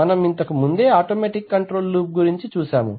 మనము ఇంతకు ముందే ఆటోమేటిక్ కంట్రోల్ లూప్ గురించి చూసాము